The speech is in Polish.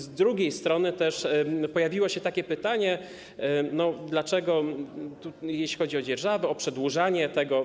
Z drugiej strony też pojawiło się pytanie, dlaczego, jeśli chodzi o dzierżawę, o przedłużanie tego.